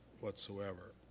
whatsoever